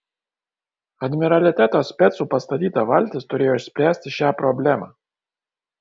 admiraliteto specų pastatyta valtis turėjo išspręsti šią problemą